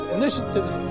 initiatives